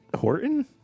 Horton